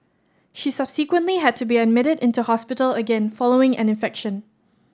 she subsequently had to be admitted into hospital again following an infection